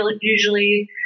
usually